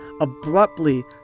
abruptly